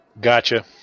Gotcha